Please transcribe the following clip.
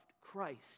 Christ